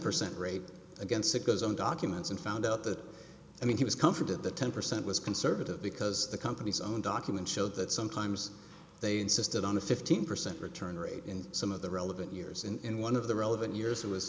percent rate against that goes on documents and found out that i mean he was comforted that ten percent was conservative because the company's own documents showed that sometimes they insisted on a fifteen percent return rate in some of the relevant years and in one of the relevant years it was